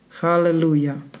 Hallelujah